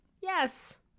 Yes